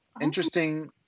interesting